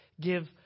give